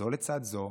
זו לצד זו,